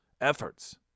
efforts